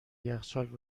یخچال